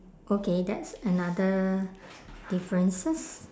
okay that's another differences